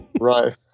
Right